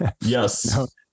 yes